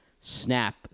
snap